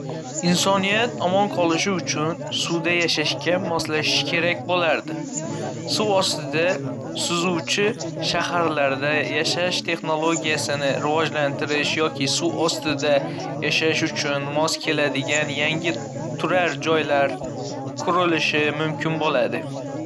Insoniyat omon qolish uchun suvda yashashga moslashishi kerak bo‘lardi. Suv ustida suzuvchi shaharlarda yashash texnologiyasini rivojlantirish yoki suv ostida yashash uchun mos keladigan yangi turar-joylar qurilishi mumkin bo‘lardi.